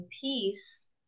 peace